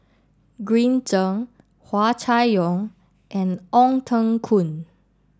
Green Zeng Hua Chai Yong and Ong Teng Koon